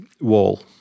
wall